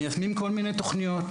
אנחנו מיישמים כל מיני תוכניות.